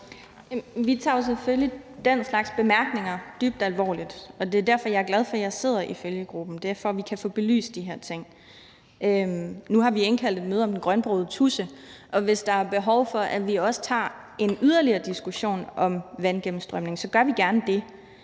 Vi tager jo selvfølgelig den slags bemærkninger dybt alvorligt, og det er derfor, jeg er glad for, at jeg sidder i følgegruppen. Det er, for at vi kan få belyst de her ting. Nu har vi indkaldt til et møde om den grønbrogede tudse, og hvis der er behov for, at vi også tager en yderligere diskussion om vandgennemstrømningen, så gør vi gerne det.